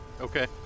Okay